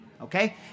okay